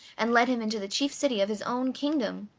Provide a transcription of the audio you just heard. and led him into the chief city of his own kingdom.